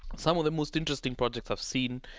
some of the most interesting projects i've seen,